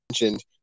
mentioned